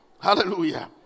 Hallelujah